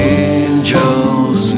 angels